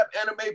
anime